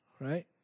right